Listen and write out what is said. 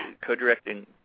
co-directing